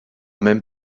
même